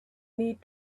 need